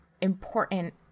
important